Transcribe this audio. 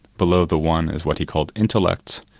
below the one is what he called intellect.